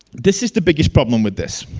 this is the biggest problem with this.